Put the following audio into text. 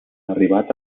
arribat